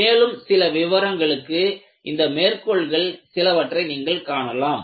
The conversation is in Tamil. மேலும் சில விவரங்களுக்கு இந்த மேற்கோள்கள் சிலவற்றை நீங்கள் காணலாம்